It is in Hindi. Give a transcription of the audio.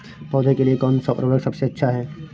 पौधों के लिए कौन सा उर्वरक सबसे अच्छा है?